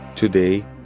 Today